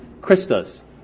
Christus